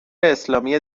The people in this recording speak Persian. اسلامی